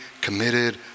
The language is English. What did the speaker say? committed